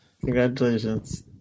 Congratulations